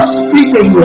speaking